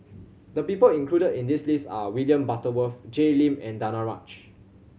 the people included in this list are William Butterworth Jay Lim and Danaraj